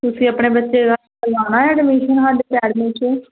ਤੁਸੀਂ ਆਪਣੇ ਬੱਚੇ ਦਾ ਕਰਵਾਉਣਾ ਐ ਐਡਮਿਸ਼ਨ ਸਾਡੀ ਅਕੈਡਮੀ 'ਚ